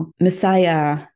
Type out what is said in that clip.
messiah